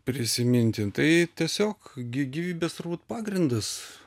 prisiminti tai tiesiog gy gyvybės turbūt pagrindas